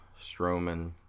Strowman